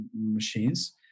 machines